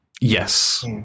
Yes